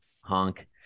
Honk